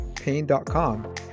pain.com